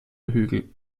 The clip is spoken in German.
hügel